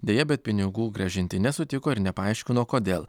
deja bet pinigų grąžinti nesutiko ir nepaaiškino kodėl